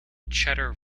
cheddar